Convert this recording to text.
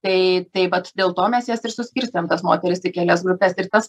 tai tai vat dėl to mes jas ir suskirstėm tas moteris į kelias grupes ir tas